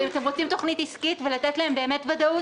אם אתם רוצים תוכנית עסקית ולתת להם באמת ודאות,